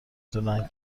دونن